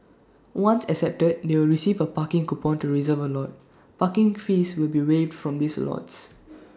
once accepted they'll receive A parking coupon to reserve A lot parking fees will be waived for these lots